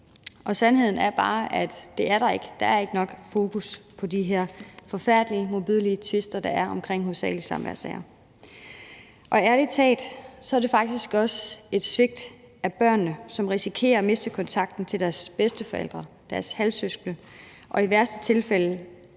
Og sandheden er bare, at det er der ikke – der er ikke nok fokus på de her forfærdelige og modbydelige tvister, der er, hovedsagelig omkring samværssager. Og ærlig talt er det faktisk også et svigt af børnene, som risikerer at miste kontakten til deres bedsteforældre, deres halvsøskende og i værste fald